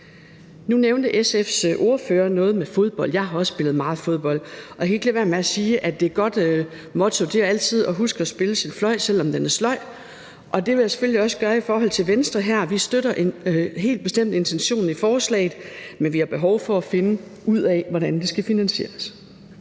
Nu nævnte SF's ordfører noget med fodbold. Jeg har også spillet meget fodbold, og jeg kan ikke lade være med at sige, at et godt motto er, at man altid skal huske at spille sin fløj, selv om den er sløj, og det vil jeg selvfølgelig også gøre her i forhold til Venstre. Vi støtter helt bestemt intentionen i forslaget, men vi har behov for at finde ud af, hvordan det skal finansieres.